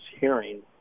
hearing